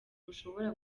ntushobora